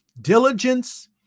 Diligence